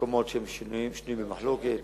מקומות שנויים במחלוקת.